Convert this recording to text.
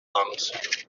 lungs